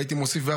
והייתי מוסיף,